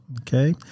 Okay